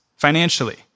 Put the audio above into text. Financially